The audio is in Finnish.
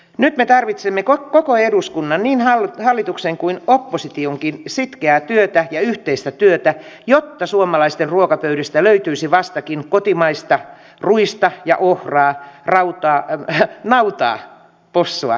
nyt me tarvitsemme koko eduskunnan niin hallituksen kuin oppositionkin sitkeää ja yhteistä työtä jotta suomalaisten ruokapöydistä löytyisi vastakin kotimaista ruista ja ohraa nautaa possua ja kanaa